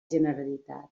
generalitat